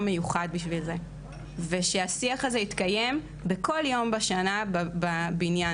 מיוחד בשביל זה והשיח הזה יתקיים בכל יום בשנה בבניין.